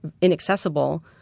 inaccessible